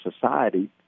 society